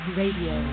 radio